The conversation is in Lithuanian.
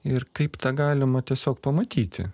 ir kaip tą galima tiesiog pamatyti